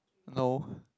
no